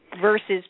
Versus